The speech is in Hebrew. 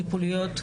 למשל?